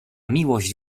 miłość